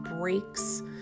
breaks